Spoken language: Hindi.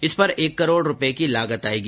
इस पर एक करोड़ रुपए की लागत आएगी